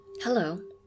Hello